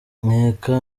nkeka